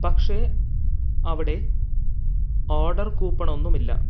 പക്ഷെ അവിടെ ഓഡർ കൂപ്പണൊന്നുമില്ല